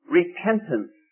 repentance